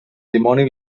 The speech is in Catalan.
dimoni